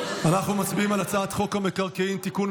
מצביעים על הצעת חוק המקרקעין (תיקון,